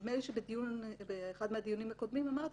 נדמה לי שבאחד מהדיונים הקודמים אמרתי